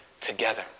together